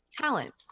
talent